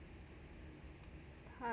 part